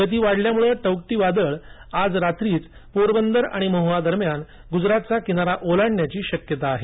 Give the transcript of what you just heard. गती वाढल्यामुळे टौक्टी वादळ आता आज रात्रीच पोरबंदर आणि महुआ दरम्यान गुजरातचा किनारा ओलांडण्याची शक्यता आहे